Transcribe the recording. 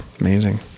Amazing